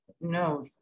No